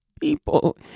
people